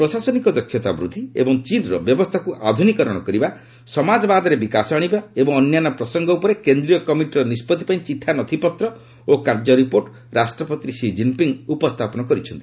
ପ୍ରଶାସନିକ ଦକ୍ଷତା ବୃଦ୍ଧି ଏବଂ ଚୀନ୍ର ବ୍ୟବସ୍ଥାକୁ ଅଧୁନିକରଣ କରିବା ସମାଜବାଦରେ ବିକାଶ ଆଣିବା ଏବଂ ଅନ୍ୟାନ୍ୟ ପ୍ରସଙ୍ଗ ଉପରେ କେନ୍ଦ୍ରୀୟ କମିଟିର ନିଷ୍ପତ୍ତି ପାଇଁ ଚିଠା ନଥିପତ୍ର ଓ କାର୍ଯ୍ୟ ରିପୋର୍ଟ ରାଷ୍ଟ୍ରପତି ସି ଜିନ୍ପିଙ୍ଗ୍ ଉପସ୍ଥାପନ କରିଛନ୍ତି